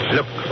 Look